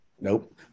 nope